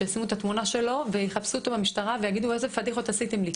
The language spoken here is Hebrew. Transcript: שישימו את התמונה שלו ויחפשו אותו מהמשטרה ויגידו איזה פדיחות עשיתם לי,